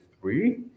three